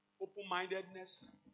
open-mindedness